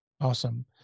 Awesome